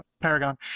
Paragon